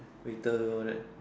waiter all that